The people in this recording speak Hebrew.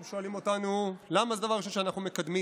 הם שואלים אותנו למה זה הדבר הראשון שאנחנו מקדמים.